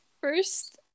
first